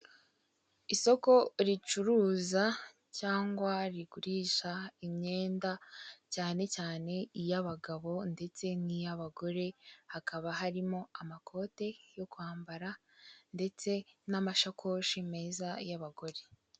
Isoko ricuruza cyangwa rigurisha imyenda, cyane cyane iy'abagabo ndetse n'iy'abagore, hakaba harimo amakote yo kwambara, ndetse n'amasakoshi meza y'abagore.